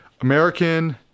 American